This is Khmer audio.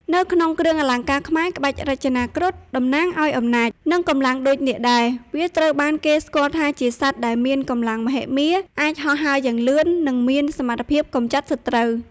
នៅក្នុងគ្រឿងអលង្ការខ្មែរ ក្បាច់រចនាគ្រុឌតំណាងឱ្យអំណាច និងកម្លាំងដូចនាគដែរ វាត្រូវបានគេស្គាល់ថាជាសត្វដែលមានកម្លាំងមហិមា អាចហោះហើរយ៉ាងលឿន និងមានសមត្ថភាពកម្ចាត់សត្រូវ។